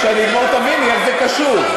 כשאני אגמור, תביני איך זה קשור.